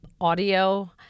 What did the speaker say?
audio